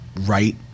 right